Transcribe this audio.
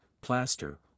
plaster